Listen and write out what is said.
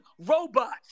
robots